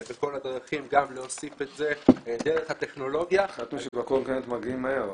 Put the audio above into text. אז גם להוסיף את זה דרך הטכנולוגיה --- החלטתם שבקורקינט מגיעים מהר,